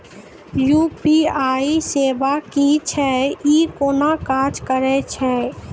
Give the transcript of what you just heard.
UPI सेवा की छियै? ई कूना काज करै छै?